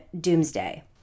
Doomsday